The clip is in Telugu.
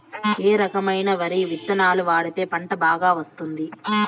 ఏ రకమైన వరి విత్తనాలు వాడితే పంట బాగా వస్తుంది?